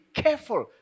careful